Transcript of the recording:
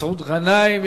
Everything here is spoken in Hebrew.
מסעוד גנאים.